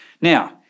Now